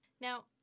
now